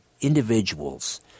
individuals